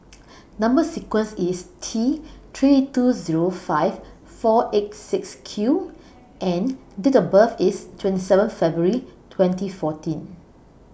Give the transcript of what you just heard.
Number sequence IS T three two Zero five four eight six Q and Date of birth IS twenty seven February twenty fourteen